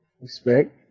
Respect